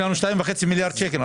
יש לנו 2.5 מיליארד שקל,